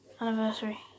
Anniversary